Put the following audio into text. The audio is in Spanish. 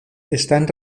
están